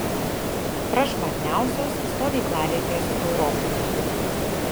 prašmatniausios stovyklavietės europoje